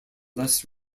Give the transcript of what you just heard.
less